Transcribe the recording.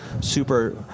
super